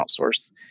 outsource